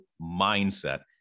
mindset